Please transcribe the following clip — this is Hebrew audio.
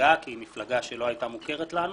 המפלגה כי היא מפלגה שלא הייתה מוכרת לנו.